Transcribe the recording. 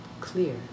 clear